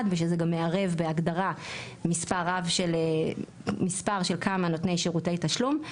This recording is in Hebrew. ושזה גם מערב בהגדרה מספר של כמה נותני שירותי תשלום,